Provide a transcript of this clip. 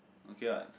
okay what